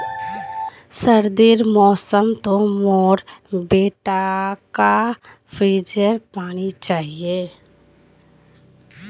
सर्दीर मौसम तो मोर बेटाक फ्रिजेर पानी चाहिए